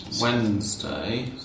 Wednesday